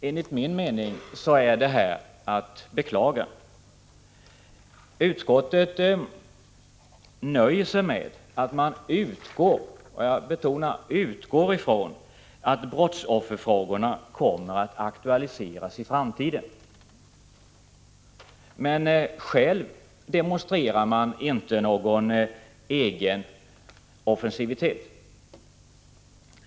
Enligt min mening är detta att beklaga. Utskottet nöjer sig med att utgå — jag betonar utgå — ifrån att brottsofferfrågorna kommer att aktualiseras i framtiden. Men själv demonstrerar man inte någon offensiv anda.